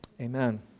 Amen